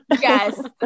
Yes